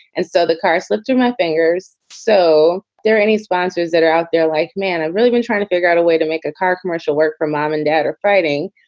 and so the car slips through my fingers. so are there any sponsors that are out there? like, man, i've really been trying to figure out a way to make a car commercial work for mom and dad or frighting.